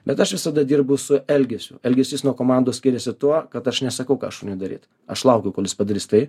bet aš visada dirbu su elgesiu elgesys nuo komandos skiriasi tuo kad aš nesakau ką šuniui daryt aš laukiu kol jis padarys tai